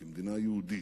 כמדינה יהודית.